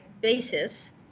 basis